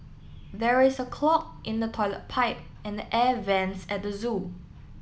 there is a clog in the toilet pipe and the air vents at the zoo